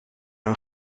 een